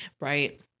Right